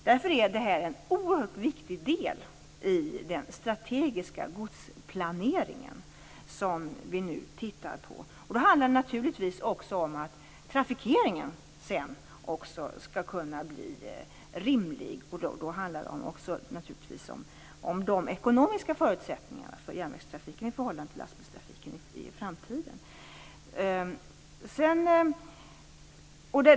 Därför är det här en oerhört viktig del av den strategiska godsplanering som vi nu tittar på. Då gäller det naturligtvis att trafikeringen skall kunna bli rimlig. Det handlar naturligtvis också om de ekonomiska förutsättningarna för järnvägstrafiken i förhållande till lastbilstrafiken i framtiden.